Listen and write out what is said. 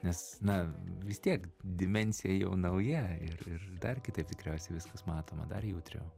nes na vis tiek dimensija jau nauja ir ir dar kitaip tikriausiai viskas matoma dar jautriau